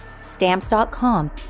Stamps.com